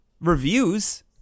reviews